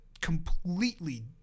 completely